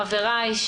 חבריי,